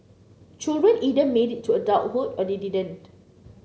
children either made it to adulthood or they didn't